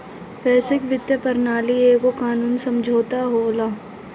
वैश्विक वित्तीय प्रणाली एगो कानूनी समुझौता होला